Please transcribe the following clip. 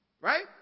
Right